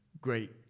great